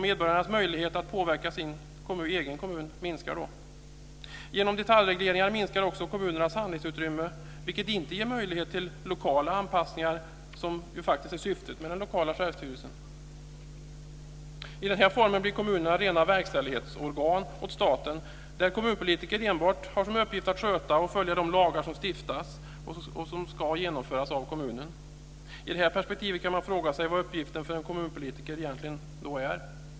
Medborgarnas möjlighet att påverka sin egen kommun minskar. Genom detaljregleringar minskar också kommunernas handlingsutrymme, vilket inte ger möjlighet till lokala anpassningar som är syftet med lokal självstyrelse. I den här formen blir kommunerna rena verkställighetsorgan åt staten, där kommunpolitiker enbart har som uppgift att sköta och följa lagar som stiftas och som ska genomföras av kommunen. I det här perspektivet kan man fråga sig vad uppgiften för en kommunalpolitiker egentligen är.